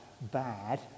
bad